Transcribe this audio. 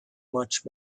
much